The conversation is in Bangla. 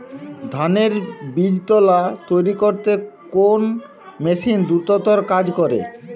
ধানের বীজতলা তৈরি করতে কোন মেশিন দ্রুততর কাজ করে?